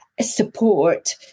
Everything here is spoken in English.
support